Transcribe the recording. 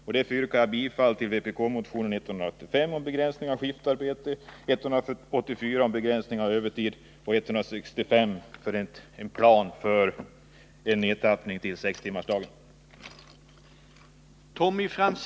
Jag yrkar därför bifall till vpk-motionerna 185 om begränsning av skiftarbete, 184 om begränsning av övertidsarbete och 165 om en nedtrappning till sex timmars arbetsdag.